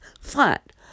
flat